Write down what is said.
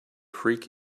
freak